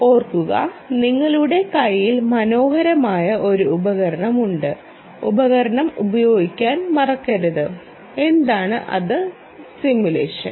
ഓർക്കുക നിങ്ങളുടെ കയ്യിൽ മനോഹരമായ ഒരു ഉപകരണം ഉണ്ട് ഉപകരണം ഉപയോഗിക്കാൻ മറക്കരുത് എന്താണ് അത് സിമുലേഷൻ